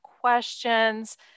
questions